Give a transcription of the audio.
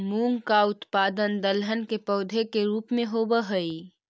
मूंग का उत्पादन दलहन के पौधे के रूप में होव हई